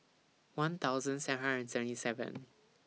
one thousand seven hundred and seventy seven